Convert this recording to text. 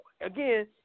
again